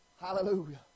Hallelujah